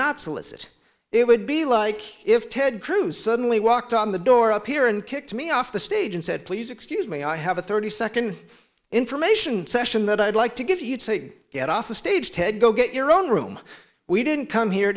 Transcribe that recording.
not solicit it would be like if ted cruz suddenly walked on the door up here and kicked me off the stage and said please excuse me i have a thirty second information session that i'd like to give you'd say get off the stage ted go get your own room we didn't come here